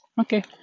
Okay